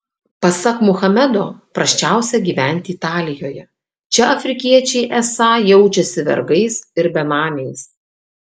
pasak muhamedo prasčiausia gyventi italijoje čia afrikiečiai esą jaučiasi vergais ir benamiais